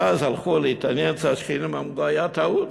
ואז הלכו להתעניין אצל השכנים, אמרו: הייתה טעות,